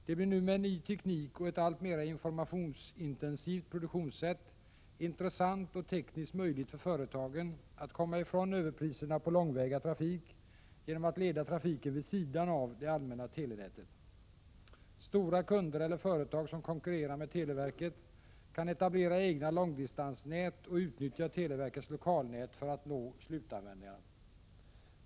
Det blir nu med ny teknik och ett alltmera informationsintensivt produktionssätt intressant och tekniskt möjligt för företagen att komma ifrån överpriserna på långväga trafik genom att leda trafiken vid sidan av det allmänna telenätet. Stora kunder eller företag som konkurrerar med televerket kan etablera egna långdistansnät och utnyttja televerkets lokalnät för att nå slutanvändarna.